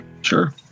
Sure